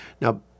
Now